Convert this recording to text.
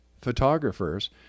photographers